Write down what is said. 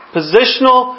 Positional